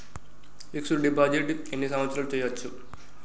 Fix డ్ deposit ఎన్ని సంవత్సరాలు చేయచ్చు?